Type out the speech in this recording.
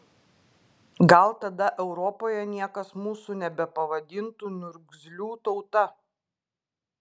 gal tada europoje niekas mūsų nebepavadintų niurgzlių tauta